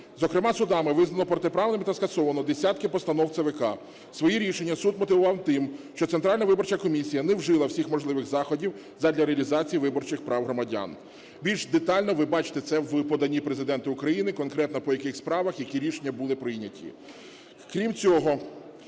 Зокрема, судами визнано протиправним та скасовано десятки постанов ЦВК. Свої рішення суд мотивував тим, що Центральна виборча комісія не вжила всіх можливих заходів задля реалізації виборчих прав громадян. Більше детально ви бачите це в поданні Президента України, конкретно по яких справах які рішення були прийняті.